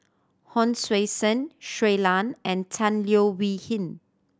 Hon Sui Sen Shui Lan and Tan Leo Wee Hin